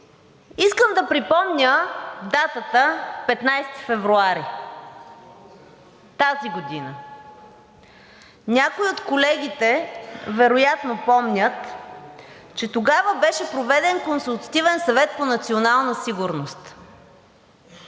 Искам да припомня датата 15 февруари 2022 г. Някои от колегите вероятно помнят, че тогава беше проведен Консултативен съвет за национална сигурност.